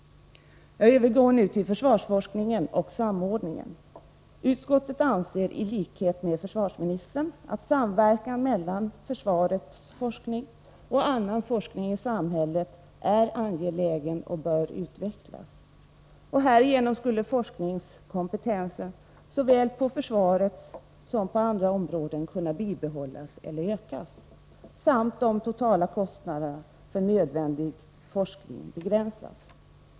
Jag övergår nu till försvarsforskningen och samordningen. Utskottet anser ilikhet med försvarsministern att samverkan mellan försvarets forskning och annan forskning i samhället är angelägen och bör utvecklas. Härigenom skulle forskningskompetensen såväl på försvarets som på andra områden kunna bibehållas eller ökas, samt de totala kostnaderna för nödvändig forskning begränsas.